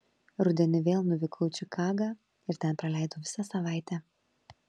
rudenį vėl nuvykau į čikagą ir ten praleidau visą savaitę